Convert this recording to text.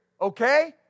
okay